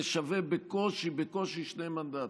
זה שווה בקושי בקושי שני מנדטים,